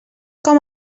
com